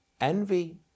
Envy